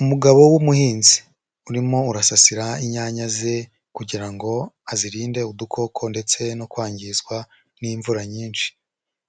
Umugabo w'umuhinzi urimo urasasira inyanya ze kugira ngo azirinde udukoko ndetse no kwangizwa n'imvura nyinshi,